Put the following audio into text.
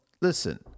Listen